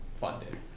funded